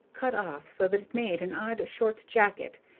cut off so that it made an odd short jacket,